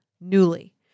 Newly